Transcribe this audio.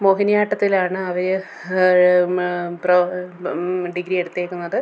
മോഹിനിയാട്ടത്തിലാണ് അവർ ഡിഗ്രി എടുത്തിരിക്കുന്നത്